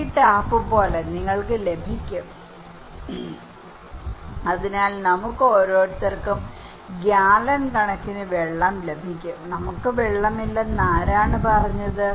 ഈ ടാപ്പ് പോലെ നിങ്ങൾക്ക് ലഭിക്കും അതിനാൽ നമുക്ക് ഓരോരുത്തർക്കും ഗ്യാലൻ കണക്കിന് വെള്ളം ലഭിക്കും ഞങ്ങൾക്ക് വെള്ളമില്ലെന്ന് ആരാണ് പറഞ്ഞത്